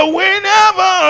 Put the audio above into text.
whenever